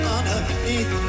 Underneath